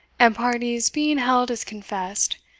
and parties being held as confessed,